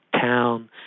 town